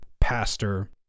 pastor